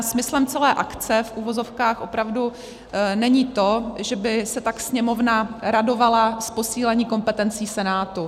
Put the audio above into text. Smyslem celé akce v uvozovkách opravdu není to, že by se pak Sněmovna radovala z posílení kompetencí Senátu.